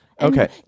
Okay